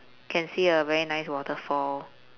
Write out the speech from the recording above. can see a very nice waterfall